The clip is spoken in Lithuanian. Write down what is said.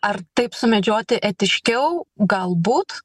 ar taip sumedžioti etiškiau galbūt